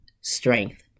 strength